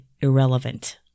irrelevant